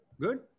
good